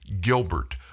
Gilbert